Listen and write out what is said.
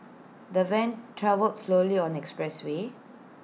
the van travelled slowly on the expressway